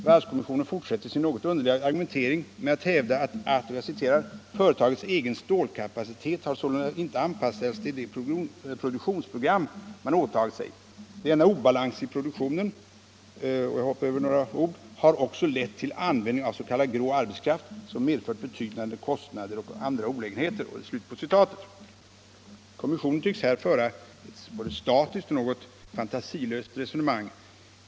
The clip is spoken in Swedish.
Varvskommissionen fortsätter sin något underliga argumentering med att hävda att ”företagets egen stålkapacitet har således inte anpassats till det produktionsprogram man åtagit sig. Denna obalans i produktionen —-= har också lett till användning av s.k. grå arbetskraft som medfört betydande kostnader och andra olägenheter”. Kommissionen tycks här föra ett både statiskt och fantasilöst resonemang.